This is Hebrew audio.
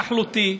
חוק התנחלותי,